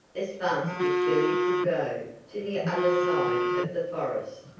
as fast as billy could go, to the other side of the forest.